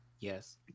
Yes